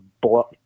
blow